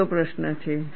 તે બીજો પ્રશ્ન છે